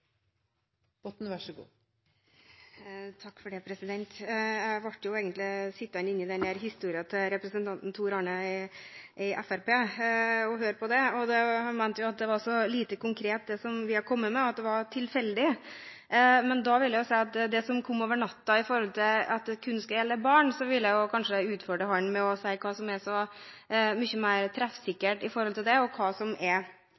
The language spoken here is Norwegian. Jeg satt nå og hørte på den historien til representanten Tor André Johnsen fra Fremskrittspartiet. Han mente det er så lite konkret det vi har kommet med, at det er tilfeldig. Da vil jeg si at når det gjelder det forslaget som kom over natten om at et påbud kun skal gjelde barn, vil jeg utfordre han til å si hva som er så mye mer treffsikkert med det, og hva som er